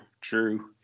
true